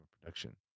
production